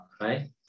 right